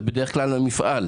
זה בדרך כלל המפעל.